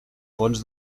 fonts